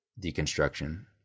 deconstruction